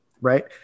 right